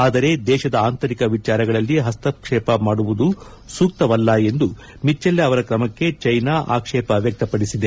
ಆದರೆ ದೇಶದ ಅಂತರಿಕ ವಿಚಾರಗಳಲ್ಲಿ ಹಸ್ತಕ್ಷೇಪ ಮಾಡುವುದು ಸೂಕ್ತವಲ್ಲ ಎಂದು ಮಿಚ್ಚೆಲ್ಲೆ ಅವರ ಕ್ರಮಕ್ಕೆ ಚೀನಾ ಆಕ್ವೇಪ ವ್ಯಕ್ತಪಡಿಸಿದೆ